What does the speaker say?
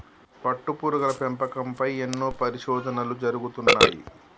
పట్టుపురుగుల పెంపకం పై ఎన్నో పరిశోధనలు జరుగుతున్నాయి